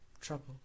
trouble